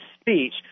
speech